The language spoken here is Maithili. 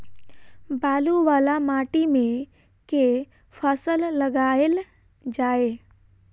बालू वला माटि मे केँ फसल लगाएल जाए?